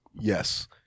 yes